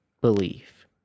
belief